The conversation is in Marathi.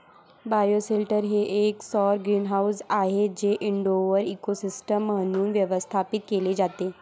बायोशेल्टर हे एक सौर ग्रीनहाऊस आहे जे इनडोअर इकोसिस्टम म्हणून व्यवस्थापित केले जाते